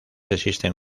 existen